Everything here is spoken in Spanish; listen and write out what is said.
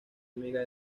amiga